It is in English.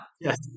yes